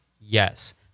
Yes